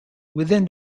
within